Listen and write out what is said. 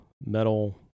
metal